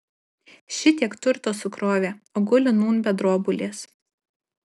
šitiek turto sukrovė o guli nūn be drobulės